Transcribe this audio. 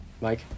Mike